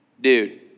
dude